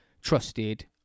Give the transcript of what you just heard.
trusted